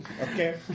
Okay